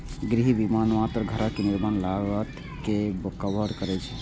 गृह बीमा मात्र घरक निर्माण लागत कें कवर करै छै